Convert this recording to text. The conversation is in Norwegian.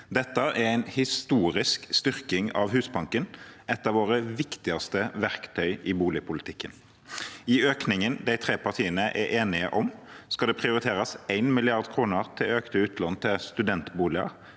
Dette er en historisk styrking av Husbanken, et av våre viktigste verktøy i boligpolitikken. I økningen de tre partiene er enige om, skal det prioriteres 1 mrd. kr i økte utlån til studentboliger,